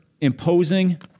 imposing